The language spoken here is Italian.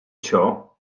ciò